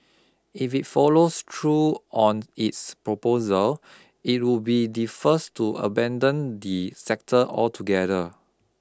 if it follows through on its proposal it would be the first to abandon the sector altogether